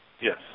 Yes